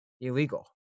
illegal